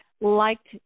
liked